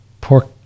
pork